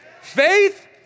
Faith